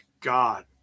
God